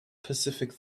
pacific